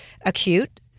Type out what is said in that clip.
acute